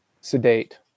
sedate